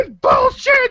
bullshit